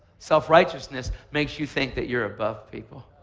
self-righteousness makes you think that you're above people.